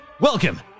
Welcome